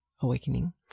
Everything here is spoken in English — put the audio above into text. awakening